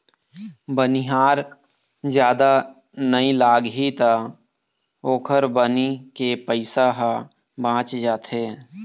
बनिहार जादा नइ लागही त ओखर बनी के पइसा ह बाच जाथे